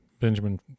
Benjamin